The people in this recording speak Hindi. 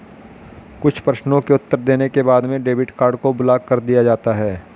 कुछ प्रश्नों के उत्तर देने के बाद में डेबिट कार्ड को ब्लाक कर दिया जाता है